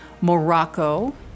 Morocco